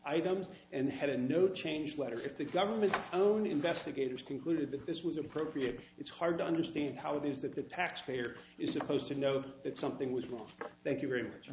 items and headed no change letter if the government's own investigators concluded that this was appropriate it's hard to understand how it is that the taxpayer is supposed to know that something was wrong thank you very much